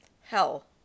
Hell